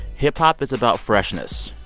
hip-hop is about freshness.